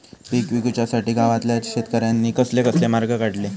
पीक विकुच्यासाठी गावातल्या शेतकऱ्यांनी कसले कसले मार्ग काढले?